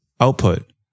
output